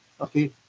okay